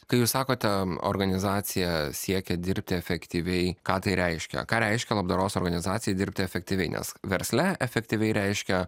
kai jūs sakote organizacija siekia dirbti efektyviai ką tai reiškia ką reiškia labdaros organizacijai dirbti efektyviai nes versle efektyviai reiškia